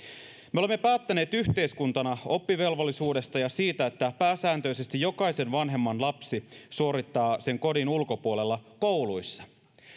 me olemme päättäneet yhteiskuntana oppivelvollisuudesta ja siitä että pääsääntöisesti jokaisen vanhemman lapsi suorittaa sen kodin ulkopuolella kouluissa